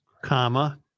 comma